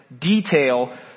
detail